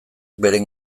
beren